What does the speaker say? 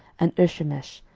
and irshemesh,